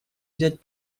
взять